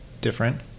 different